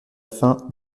faim